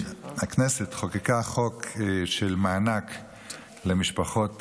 הכנסת חוקקה חוק של מענק למשפחות החטופים,